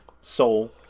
Soul